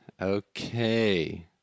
Okay